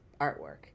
artwork